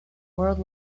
world